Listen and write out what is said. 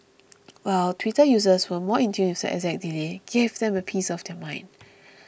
while Twitter users who were more in tune with the exact delay gave them a piece of their mind